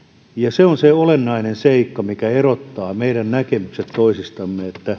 se on se olennainen seikka mikä erottaa meidän näkemyksemme toisistaan